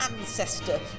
ancestor